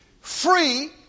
free